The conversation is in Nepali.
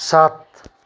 सात